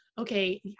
okay